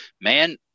man